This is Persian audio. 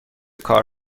کار